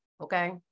okay